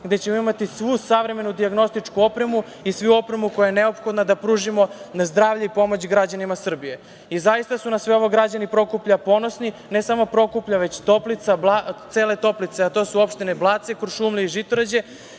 gde ćemo imati svu savremenu dijagnostičku opremu i svu opremu koja je neophodna da pružimo na zdrave i pomoć građanima Srbije. Zaista su na sve ovo građani Prokuplja ponosni, ne samo Prokuplja, već cele Toplice, a to su opštine Blace, Kuršumlija i Žitorađa.